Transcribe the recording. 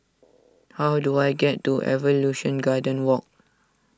how do I get to Evolution Garden Walk